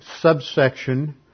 subsection